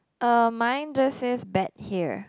uh mine just says bet here